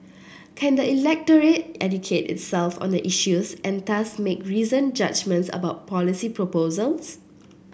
can the electorate educate itself on the issues and thus make reasoned judgements about policy proposals